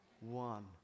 One